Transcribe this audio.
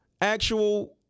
actual